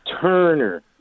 Turner